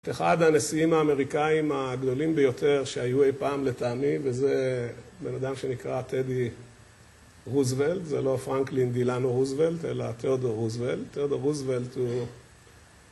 אחד הנשיאים האמריקאים הגדולים ביותר שהיו אי פעם לטעמי וזה בן אדם שנקרא טדי רוזוולט זה לא פרנקלין דילאנו רוזוולט אלא תאודור רוזוולט תאודור רוזוולט הוא...